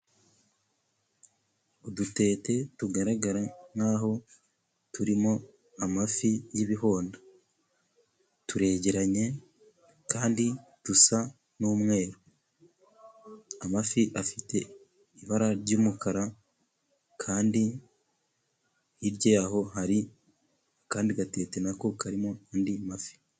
Udutete tugaragara nkaho turimo amafi y'ibihonda, turegeranye kandi dusa n'umweru, amafi afite ibara ry'umukara, kandi hirya yaho hari akandi gatete nako karimo andi mafi.